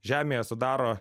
žemėje sudaro